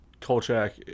Kolchak